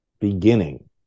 beginning